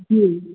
जी